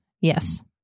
Yes